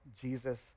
Jesus